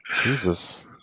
jesus